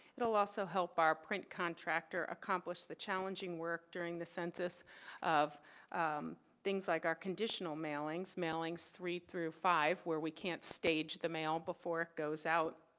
it will also help our print contractor accomplish the challenging work during the census of things like our conditional mailings, mailings three five where we can't stage the mail before it goes out.